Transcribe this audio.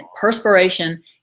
perspiration